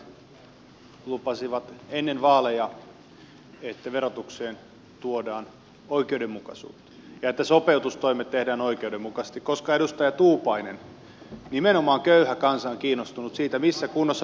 sosialidemokraatit lupasivat ennen vaaleja että verotukseen tuodaan oikeudenmukaisuutta ja että sopeutustoimet tehdään oikeudenmukaisesti koska edustaja tuupainen nimenomaan köyhä kansa on kiinnostunut siitä missä kunnossa valtiontalous on